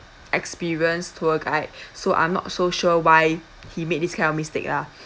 experienced tour guide so I'm not so sure why he made this kind of mistake lah